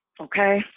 Okay